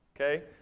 okay